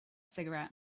cigarette